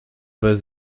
bez